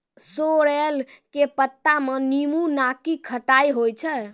sorrel के पत्ता मॅ नींबू नाकी खट्टाई होय छै